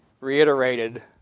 reiterated